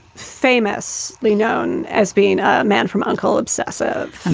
famously known as being a man from uncle obsessive.